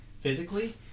physically